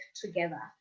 together